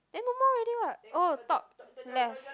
then no more already what oh top left